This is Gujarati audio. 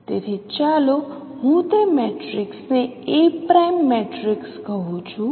તેથી ચાલો હું તે મેટ્રિક્સને A' મેટ્રિક્સ કહું છું